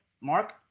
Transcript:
Mark